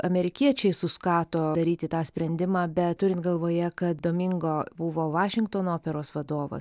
amerikiečiai suskato daryti tą sprendimą bet turint galvoje kad domingo buvo vašingtono operos vadovas